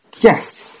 Yes